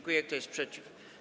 Kto jest przeciw?